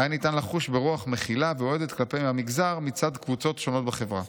היה ניתן לחוש ברוח מכילה ואוהדת כלפי המגזר מצד קבוצות שונות בחברה.